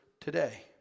today